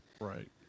Right